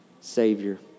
Savior